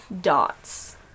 Dots